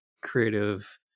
creative